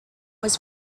was